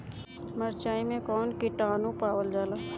मारचाई मे कौन किटानु पावल जाला?